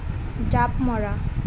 জাঁপ মৰা